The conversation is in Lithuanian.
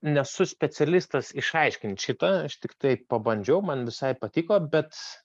nesu specialistas išaiškinti šita aš tiktai pabandžiau man visai patiko bet